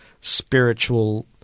spiritual